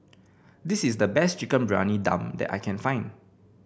this is the best Chicken Briyani Dum that I can find